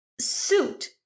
suit